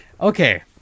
Okay